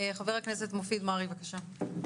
חבר הכנסת מופיד מרעי בבקשה.